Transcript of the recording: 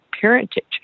parentage